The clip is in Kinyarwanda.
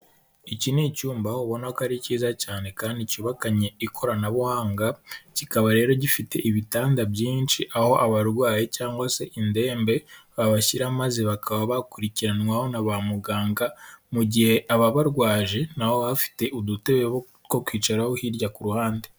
Iki ni icyumba ubona ko ari cyiza cyane kandi cyubakanye ikoranabuhanga kikaba rero gifite ibitanda byinshi aho abarwayi cyangwa se indembe babashyira maze bakaba bakurikiranwaho na ba muganga mu gihe ababarwaje nabo baba bafite udutebe two kwicaraho hirya kuruhande.